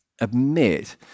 admit